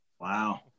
Wow